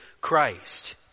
Christ